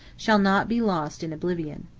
shall not be lost in oblivion.